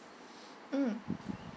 mm